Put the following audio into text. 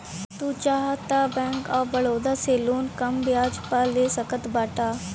तू चाहअ तअ बैंक ऑफ़ बड़ोदा से लोन कम बियाज पअ ले सकत बाटअ